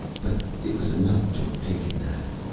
but it was enough to have taken that.